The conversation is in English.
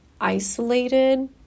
isolated